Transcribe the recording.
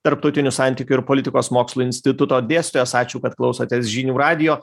tarptautinių santykių ir politikos mokslų instituto dėstytojas ačiū kad klausotės žinių radijo